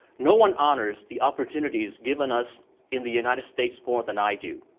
no one honors the opportunities given us in the united states more than i do.